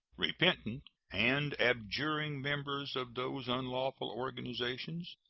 repentant and abjuring members of those unlawful organizations,